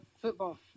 football